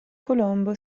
colombo